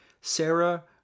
Sarah